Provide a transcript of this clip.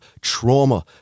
trauma